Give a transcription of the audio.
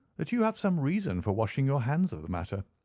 that you have some reason for washing your hands of the matter.